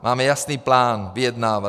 Máme jasný plán vyjednávat.